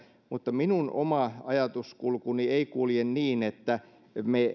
mutta minun oma ajatuskulkuni ei kulje niin että me